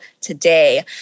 today